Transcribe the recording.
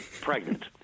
pregnant